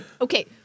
Okay